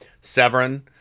severin